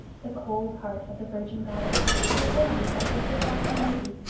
the cold heart of the virgin goddess was warmed by his surpassing beauty,